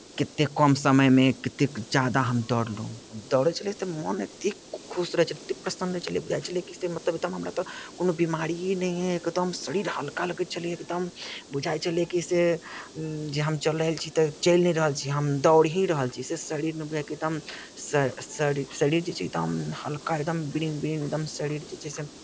कतेक कम समयमे कतेक ज्यादा हम दौड़लहुँ दौड़ै छलै तऽ मोन एतेक खुश रहै छलै एतेक प्रसन्न रहै छलै बुझाइत छेलै कि से मतलब एकदम हमरा तऽ कोनो बिमारिए नहि अछि कतहु शरीर एकदम हल्का लगै छलैए एकदम बुझाइत छलै कि से जे हम चलि रहल छी तऽ चलि नहि रहल छी हम दौड़ ही रहल छी से शरीरमे बुझाय कि एकदम शर शर शरीर जे छै एकदम हल्का एकदम ब्रेन ब्रेन एकदम शरीर जे छै से